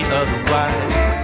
otherwise